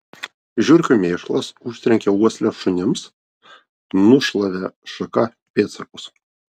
žiurkių mėšlas užtrenkė uoslę šunims nušlavė šaka pėdsakus